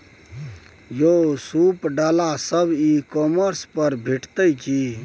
यौ सूप डाला सब ई कॉमर्स पर भेटितै की?